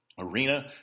arena